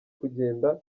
kugenda